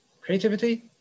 creativity